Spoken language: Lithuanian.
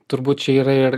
turbūt čia yra ir